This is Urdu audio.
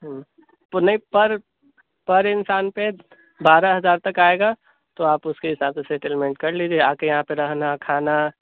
ہوں تو نہیں پر پر انسان پہ بارہ ہزار تک آئے گا تو آپ اس کے حساب سے سیٹلمینٹ کر لیجیے آ کے یہاں پہ رہنا کھانا